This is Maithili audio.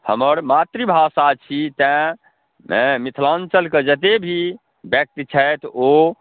हमर मातृभाषा छी तेँ हेँ मिथिलाञ्चलके जतेक भी व्यक्ति छथि ओ